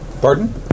Pardon